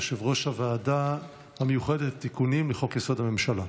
יושב-ראש הוועדה המיוחדת לתיקונים לחוק-יסוד: הממשלה.